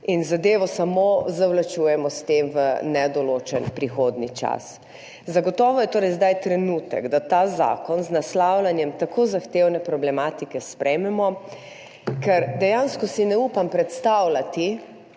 tem zadevo samo zavlačujemo v nedoločen prihodnji čas. Zagotovo je torej zdaj trenutek, da ta zakon, ki naslavlja tako zahtevne problematike, sprejmemo, ker si dejansko ne upam predstavljati,